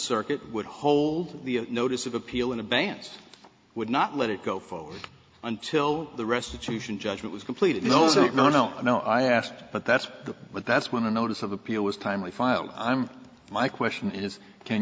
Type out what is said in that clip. circuit would hold the notice of appeal in a benz would not let it go forward until the restitution judgment was completed no sir no no no i asked but that's but that's when a notice of appeal was timely filed i'm my question is can